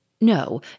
No